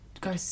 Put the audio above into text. go